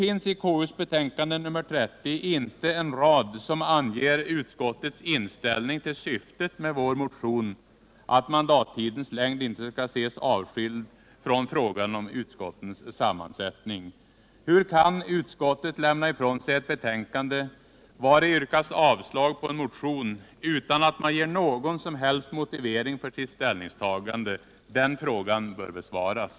I KU:s betänkande nr 30 finns inte en rad som anger utskottets inställning till syftet med vår motion, nämligen att mandattidens längd inte skall ses avskild från frågan om utskottens sammansättning. Hur kan utskottet lämna ifrån sig ett betänkande, vari yrkas avslag på en motion, utan att utskottet ger någon som helst motivering för sitt ställningstagande? Den frågan bör besvaras.